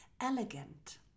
elegant